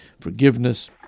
forgiveness